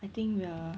I think we are